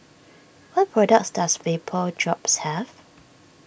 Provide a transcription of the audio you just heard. what products does Vapodrops have